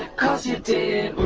course you did